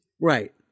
Right